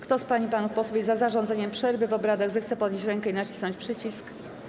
Kto z pań i panów posłów jest za zarządzeniem przerwy w obradach, zechce podnieść rękę i nacisnąć przycisk.